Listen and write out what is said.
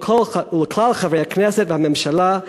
ולכלל חברי הכנסת והממשלה,